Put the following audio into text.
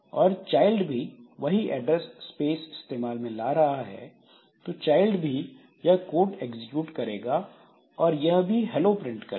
और चाइल्ड भी वही ऐड्रेस स्पेस इस्तेमाल में ला रहा है तो चाइल्ड भी यह कोड एग्जीक्यूट करेगा और यह भी हेलो प्रिंट करेगा